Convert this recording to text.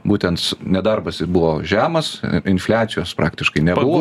būtens nedarbas i buvo žemas infliacijos praktiškai nebuvo